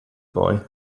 boy